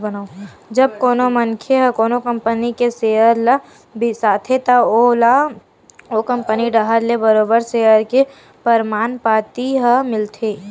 जब कोनो मनखे ह कोनो कंपनी के सेयर ल बिसाथे त ओला ओ कंपनी डाहर ले बरोबर सेयर के परमान पाती ह मिलथे